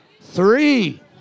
Three